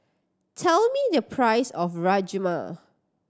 tell me the price of Rajma